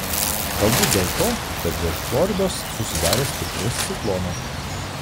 galbūt dėl to kad virš floridos susidaręs stiprus ciklonas